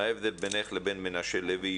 מה ההבדל בינך לבין מנשה לוי?